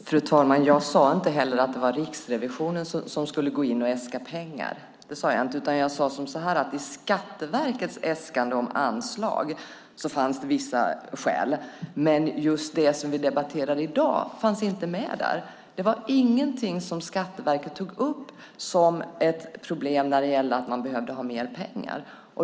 Fru talman! Jag sade inte heller att det var Riksrevisionen som skulle gå in och äska pengar. Det sade jag inte. Jag sade att i Skatteverkets äskande om anslag fanns det vissa skäl, men just det som vi debatterar i dag fanns inte med där. Det var ingenting som Skatteverket tog upp som ett problem när det gällde att man behövde ha mer pengar.